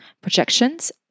projections